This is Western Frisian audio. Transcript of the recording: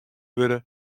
wurde